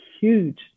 huge